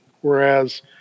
Whereas